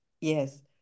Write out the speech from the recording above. Yes